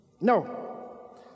no